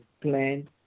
plan